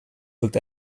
wirkt